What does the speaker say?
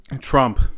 Trump